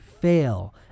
fail